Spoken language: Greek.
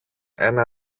ένα